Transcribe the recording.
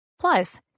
Plus